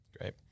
Great